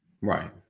Right